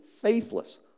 faithless